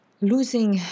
Losing